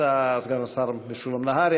סגן השר משולם נהרי,